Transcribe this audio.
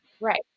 Right